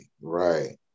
right